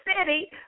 city